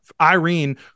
Irene